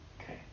Okay